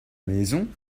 maison